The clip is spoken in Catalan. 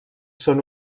són